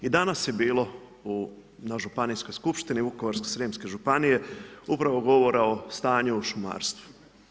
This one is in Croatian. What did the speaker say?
I danas je bilo na županijskoj skupštini Vukovarsko-srijemske županije upravo govora o stanju u šumarstvu.